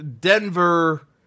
Denver